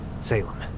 Salem